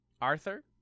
Arthur